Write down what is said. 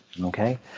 okay